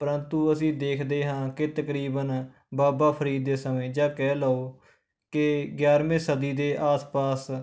ਪ੍ਰੰਤੂ ਅਸੀਂ ਦੇਖਦੇ ਹਾਂ ਕਿ ਤਕਰੀਬਨ ਬਾਬਾ ਫ਼ਰੀਦ ਦੇ ਸਮੇਂ ਜਾਂ ਕਹਿ ਲਉ ਕਿ ਗਿਆਰਵੀਂ ਸਦੀ ਦੇ ਆਸ ਪਾਸ